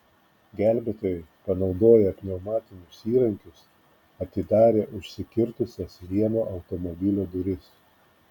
gelbėtojai panaudoję pneumatinius įrankius atidarė užsikirtusias vieno automobilio duris